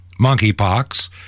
monkeypox